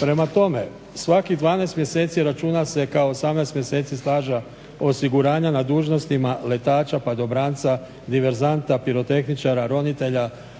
Prema tome, svakih 12 mjeseci računa se kao 18 mjeseci staža osiguranja na dužnostima letača, padobranca, diverzanta, pirotehničara, ronitelja